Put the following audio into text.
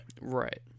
Right